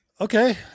Okay